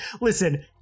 listen